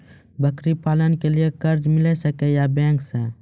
बकरी पालन के लिए कर्ज मिल सके या बैंक से?